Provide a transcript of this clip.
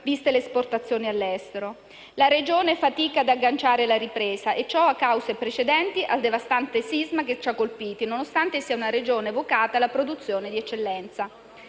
viste le esportazioni all'estero. La Regione fatica ad agganciare la ripresa. Ciò ha cause precedenti al devastante sisma che ci ha colpiti, nonostante le Marche siano una Regione vocata alla produzione di eccellenza.